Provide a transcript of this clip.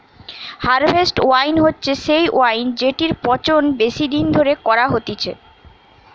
harvest wine হচ্ছে সেই wine জেটির পচন বেশি দিন ধরে করা হতিছে